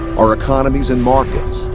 our economies and markets,